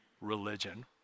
religion